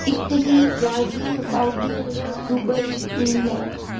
Italy Brazil Saudi Arabia Dubai England